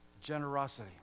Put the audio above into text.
generosity